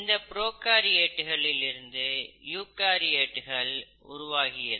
இந்த புரோகாரியேட்டுகளில் இருந்து யூகாரியேட்டுகள் உருவாகியது